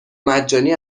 مجانی